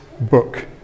book